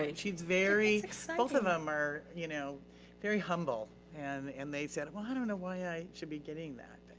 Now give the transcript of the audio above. and she's very, both of them are you know very humble. and and they said, well i don't know why i should be getting that.